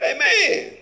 Amen